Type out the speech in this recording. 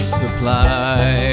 supply